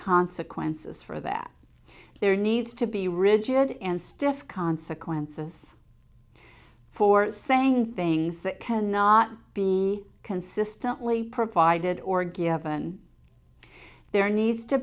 consequences for that there needs to be rigid and stiff consequences for saying things that cannot be consistently provided or given there needs to